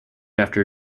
after